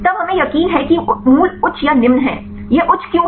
तब हमें यकीन है कि मूल्य उच्च या निम्न हैं यह उच्च क्यों है